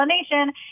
explanation